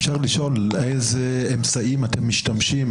אפשר לשאול באיזה אמצעים אתם משתמשים?